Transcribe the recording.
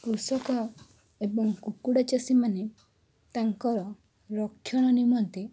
କୃଷକ ଏବଂ କୁକୁଡ଼ା ଚାଷୀମାନେ ତାଙ୍କର ରକ୍ଷଣ ନିମନ୍ତେ